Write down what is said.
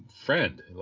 friend